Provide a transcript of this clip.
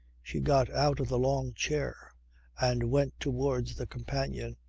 she got out of the long chair and went towards the companion.